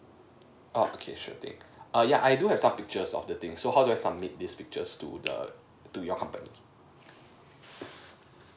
oo okay sure thing err yeah I do have some pictures of the thing so how do I submit these pictures to the to your company